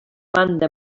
banda